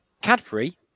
cadbury